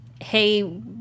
hey